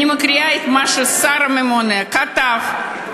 אני מקריאה את מה שהשר הממונה כתב.